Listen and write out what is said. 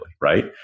right